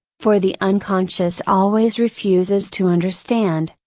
for the unconscious always refuses to understand,